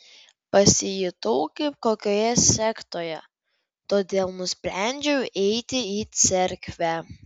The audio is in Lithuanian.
pasijutau kaip kokioje sektoje todėl nusprendžiau eiti į cerkvę